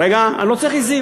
רגע, אני לא צריך עזים.